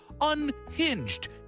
unhinged